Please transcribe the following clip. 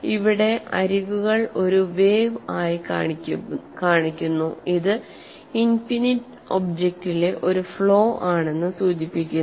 ഇവിടെ അരികുകൾ വേവ് ആയി കാണിക്കുന്നു ഇത് ഇനിഫിനിറ്റ് ഒബ്ജക്റ്റിലെ ഒരു ഫ്ലോ ആണെന്ന് സൂചിപ്പിക്കുന്നു